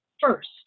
first